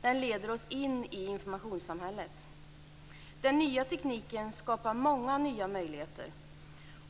Den leder oss in i informationssamhället. Den nya tekniken skapar många nya möjligheter.